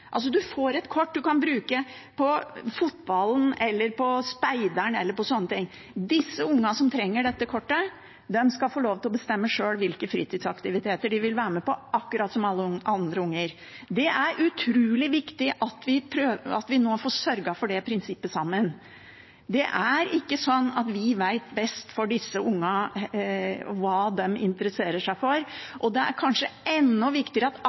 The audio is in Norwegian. får et kort man kan bruke på fotballen eller på speideren eller sånne ting. Ungene som trenger dette kortet, skal få lov til å bestemme selv hvilke fritidsaktiviteter de skal være med på, akkurat som andre unger. Det er utrolig viktig at vi nå får sørget for det prinsippet sammen. Det er ikke sånn at vi vet best for disse ungene, hva de interesserer seg for, og det er kanskje enda viktigere at